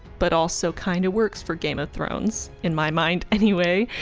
but also kind of works for game of thrones in my mind anyway,